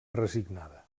resignada